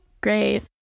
great